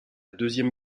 deuxième